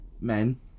men